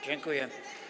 Dziękuję.